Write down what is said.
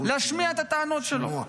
להשמיע את הטענות שלו.